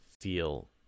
feel